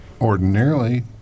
ordinarily